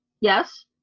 Yes